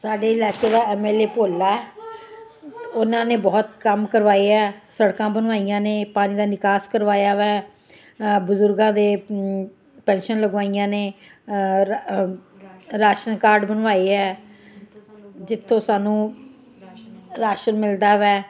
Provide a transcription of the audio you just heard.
ਸਾਡੇ ਇਲਾਕੇ ਦਾ ਐਮ ਐਲ ਏ ਭੋਲਾ ਹੈ ਅਤੇ ਉਹਨਾਂ ਨੇ ਬਹੁਤ ਕੰਮ ਕਰਵਾਇਆ ਹੈ ਸੜਕਾਂ ਬਣਵਾਈਆਂ ਨੇ ਪਾਣੀ ਦਾ ਨਿਕਾਸ ਕਰਵਾਇਆ ਹੈ ਬਜ਼ੁਰਗਾਂ ਦੇ ਪੈਸ਼ਨ ਲਗਵਾਈਆਂ ਨੇ ਰਾਸ਼ਨ ਕਾਰਡ ਬਣਵਾਏ ਹੈ ਜਿੱਥੋਂ ਸਾਨੂੰ ਰਾਸ਼ਨ ਮਿਲਦਾ ਹੈ